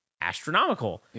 astronomical